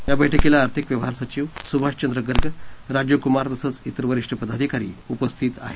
या बैठकीला आर्थिक व्यवहार सचिव सुभाषचंद्र गर्ग राजीव कुमार तसंच त्रिर वरिष्ठ पदाधिकारी उपस्थित आहेत